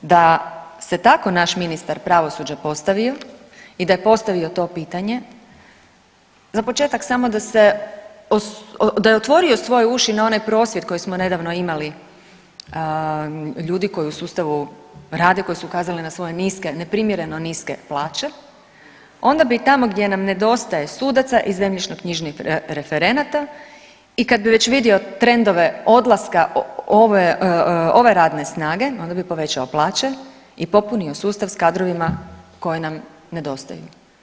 Da se tako naš ministar pravosuđa postavio i da je postavio to pitanje, za početak samo da je otvorio svoje uši na onaj prosvjed koji smo nedavno imali ljudi koji u sustavu rade koji su ukazali na svoje niske, neprimjereno niske plaće onda bi tamo gdje nam nedostaje sudaca i zemljišno-knjižnih referenata i kad bi već vidio trendove odlaska ove radne snage onda bi povećao plaće i popunio sustav s kadrovima koji nam nedostaju.